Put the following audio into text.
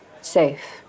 safe